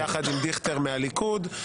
יחד עם דיכטר מהליכוד.